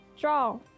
Draw